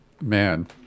Man